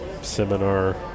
seminar